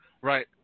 Right